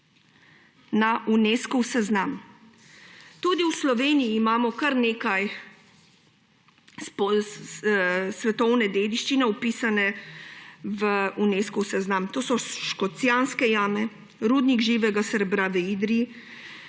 na Unescov seznam. Tudi v Sloveniji imamo kar nekaj svetovne dediščine, vpisane v Unescov seznam. To so Škocjanske jame, rudnik živega srebra v Idriji,